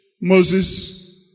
Moses